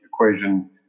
equation